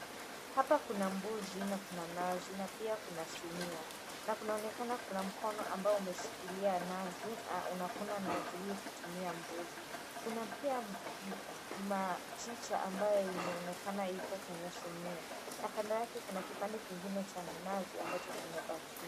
Hapa kuna mbuzi na kuna nazi na pia kuna sinia na kunaonekana kuna mkono ambao umeshikilia nazi na unakuna nazi hii kutumia mbuzi. Kuna pia machicha ambayo imeonekana iko kwenye sinia na kando yake kuna kipande kingine cha minazi ambacho kimebakia.